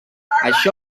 això